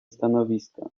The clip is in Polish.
stanowiska